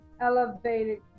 elevated